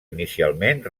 inicialment